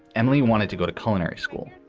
emily wanted to go to culinary school.